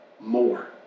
more